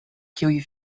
kiuj